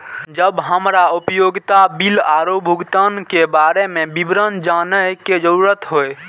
जब हमरा उपयोगिता बिल आरो भुगतान के बारे में विवरण जानय के जरुरत होय?